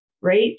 right